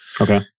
Okay